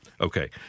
Okay